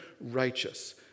righteous